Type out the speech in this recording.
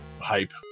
hype